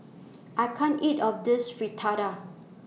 I can't eat All of This Fritada